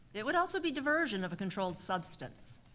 it would also be diversion of a controlled substance.